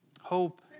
Hope